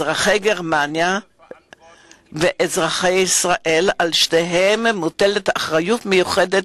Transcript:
על אזרחי גרמניה ועל אזרחי ישראל כאחד מוטלת אחריות מיוחדת